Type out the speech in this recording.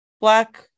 black